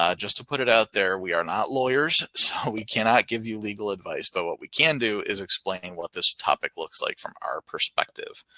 ah just to put it out there, we are not lawyers. so we cannot give you legal advice. but what we can do is explaining what this topic looks like from our perspective.